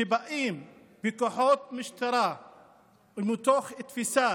שבאים עם כוחות משטרה מתוך תפיסה